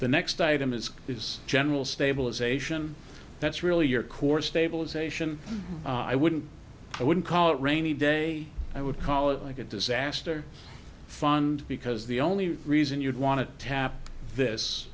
the next item is is general stabilization that's really your core stabilization i wouldn't i wouldn't call it rainy day i would call it like a disaster fund because the only reason you'd want to tap this